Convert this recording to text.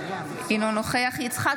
אינו נוכח יצחק